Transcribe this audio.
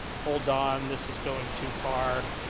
hold on, this is going too far.